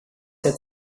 had